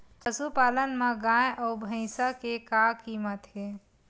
पशुपालन मा गाय अउ भंइसा के का कीमत हे?